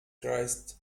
christ